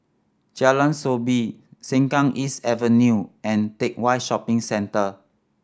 Jalan Soo Bee Sengkang East Avenue and Teck Whye Shopping Center